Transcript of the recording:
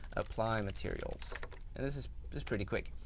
apply materials and this is is pretty quick.